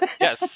Yes